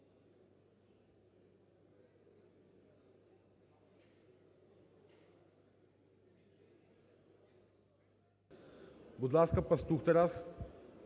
Будь ласка, Пастух Тарас.